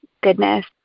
goodness